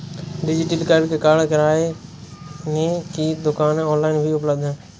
डिजिटलीकरण के कारण किराने की दुकानें ऑनलाइन भी उपलब्ध है